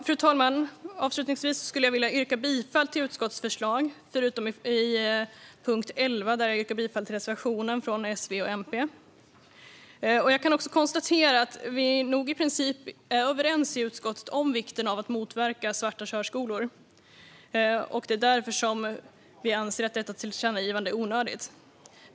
Fru talman! Avslutningsvis skulle jag vilja yrka bifall till utskottets förslag, förutom under punkt 11, där jag yrkar bifall till reservationen från S, V och MP. Jag kan också konstatera att vi nog i princip är överens i utskottet om vikten av att motverka svarta körskolor. Vi anser därför att detta tillkännagivande är onödigt.